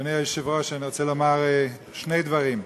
אדוני היושב-ראש, אני רוצה לומר שני דברים: